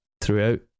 Throughout